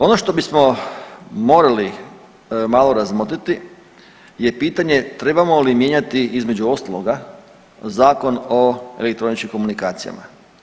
Ono što bismo morali malo razmotriti je pitanje trebalo li mijenjati između ostaloga Zakon o elektroničkim komunikacijama.